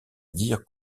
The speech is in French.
dire